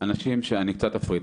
אני קצת אפריד,